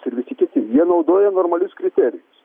ir visi kiti jie naudoja normalius kriterijus